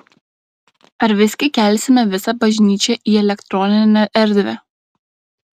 ar visgi kelsime visą bažnyčią į elektroninę erdvę